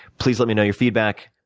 please let me know your feedback.